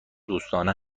دوستانه